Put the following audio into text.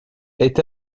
est